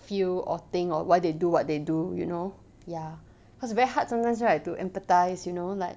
feel or think or why they do what they do you know ya cause very hard sometimes right to empathise you know like